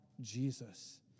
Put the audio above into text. Jesus